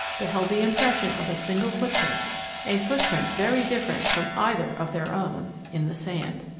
beheld the impression of a single footprint a footprint very different from either of their own in the sand!